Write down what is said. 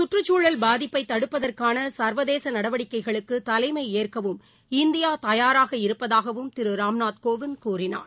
கற்றுச்சூழல் பாதிப்பை தடுப்பதற்கான சர்வதேச நடவடிக்கைகளுக்கு தலைமை ஏற்கவும் இந்தியா தயாராக இருப்பதாகவும் திரு ராம்நாத் கோவிந்த் கூறினார்